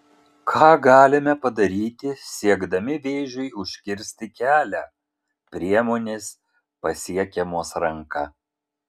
ką galime padaryti siekdami vėžiui užkirsti kelią priemonės pasiekiamos ranka